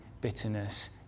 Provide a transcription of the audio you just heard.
bitterness